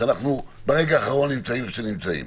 שאנחנו ברגע האחרון נמצאים איפה שנמצאים.